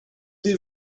des